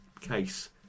case